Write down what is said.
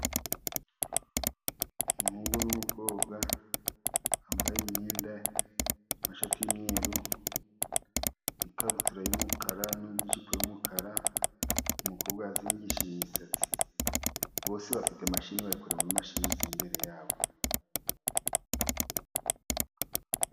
Umuhungu n'umukobwa bambaye imyenda, amashati y'imyeru, ikabutura y'umukara n'ijipo y'umukara, umukobwa yazingishije imisatsi. Bose bafite mashini, bari kureba mu mashini ziri imbere yabo.